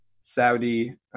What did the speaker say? Saudi